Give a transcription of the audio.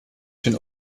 den